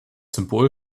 symbol